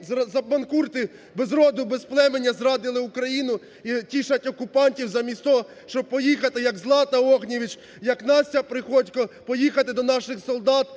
манкурти без роду, без племені зрадили Україну і тішать окупантів замість того, щоб поїхати, як Злата Огнєвіч, як Настя Приходько, поїхати до наших солдат